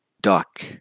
duck